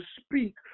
speak